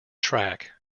track